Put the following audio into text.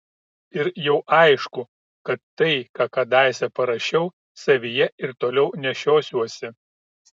ir jau aišku kad tai ką kadaise parašiau savyje ir toliau nešiosiuosi